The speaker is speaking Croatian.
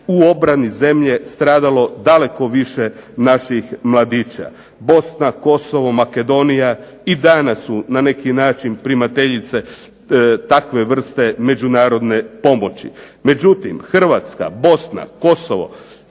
u obrani zemlje stradalo daleko više naših mladića. Bosna, Kosovo, Makedonija i danas su na neki način primateljice takve vrste međunarodne pomoći. Međutim Hrvatska, Bosna, Kosovo